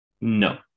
No